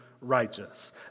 righteous